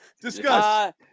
Discuss